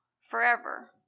forever